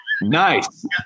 Nice